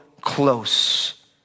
close